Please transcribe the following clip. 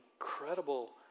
incredible